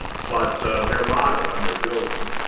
but their motto on their building,